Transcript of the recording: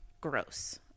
gross